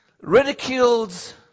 ridiculed